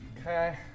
Okay